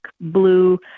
blue